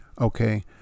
okay